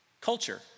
Culture